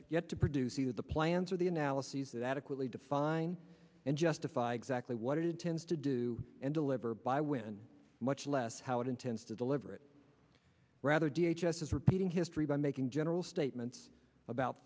yet to produce either the plans or the analyses that adequately define and justify exactly what it intends to do and deliver buy when much less how it intends to deliver it rather d h s s repeating history by making general statements about